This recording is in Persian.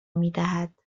میدهد